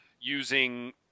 using